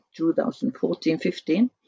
2014-15